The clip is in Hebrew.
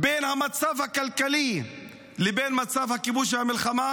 בין המצב הכלכלי לבין המצב של הכיבוש והמלחמה?